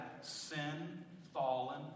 sin-fallen